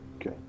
Okay